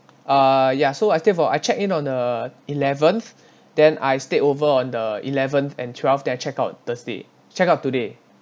uh ya so I stayed for I checked in on uh eleventh then I stayed over on the eleventh and twelfth then I checked out thursday checked out today